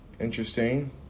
Interesting